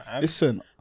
listen